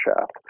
shaft